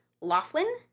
Laughlin